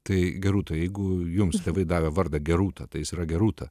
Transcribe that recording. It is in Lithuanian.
tai gerūta jeigu jums tėvai davė vardą gerūta tai jis yra gerūta